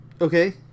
Okay